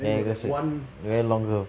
ya go straight very long curve